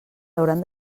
hauran